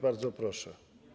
Bardzo proszę.